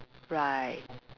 right